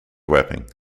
wapping